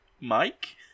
Mike